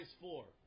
four